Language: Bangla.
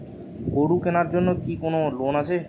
গরু কেনার জন্য কি কোন লোন আছে?